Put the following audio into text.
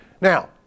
Now